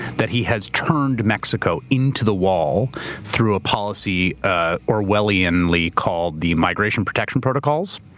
that he has turned mexico into the wall through a policy ah orwellianly called the migration protection protocols.